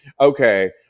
okay